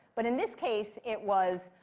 but in this case, it was